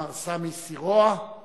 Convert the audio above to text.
מר סמי סירואה